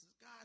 God